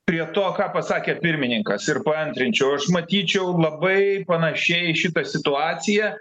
prie to ką pasakė pirmininkas ir paantrinčiau aš matyčiau labai panašiai šitą situaciją